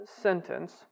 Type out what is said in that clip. sentence